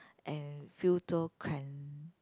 and